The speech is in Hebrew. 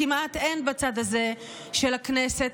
כמעט אין בצד הזה של הכנסת,